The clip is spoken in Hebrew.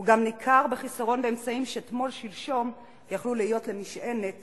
הוא גם ניכר בחיסרון באמצעים שתמול-שלשום היו יכולים להיות למשענת